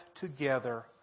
together